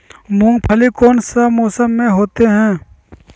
मूंगफली कौन सा मौसम में होते हैं?